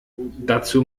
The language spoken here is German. dazu